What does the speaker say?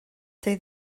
they